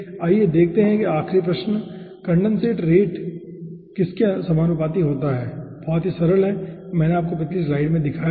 आइए देखते हैं आखिरी प्रश्न कंडेनसेट रेट के किसके समानुपाती होता है बहुत ही सरल है मैंने आपको पिछली स्लाइड में दिखाया था